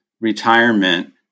retirement